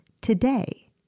today